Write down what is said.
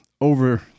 over